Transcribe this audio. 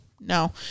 no